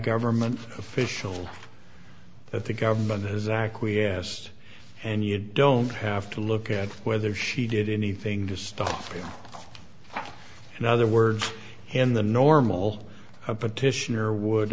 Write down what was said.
government official that the government has acquiesced and you don't have to look at whether she did anything to stuff it in other words in the normal petitioner would